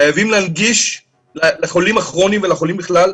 חייבים להנגיש לחולים הכרוניים, ולחולים בכלל,